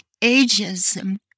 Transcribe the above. ageism